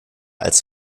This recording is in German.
als